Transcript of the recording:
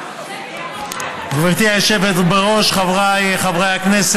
אתה יכול לדבר עד עשר דקות.